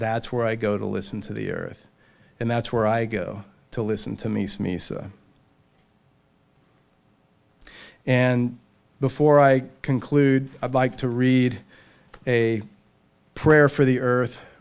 that's where i go to listen to the earth and that's where i go to listen to me sneeze and before i conclude i'd like to read a prayer for the earth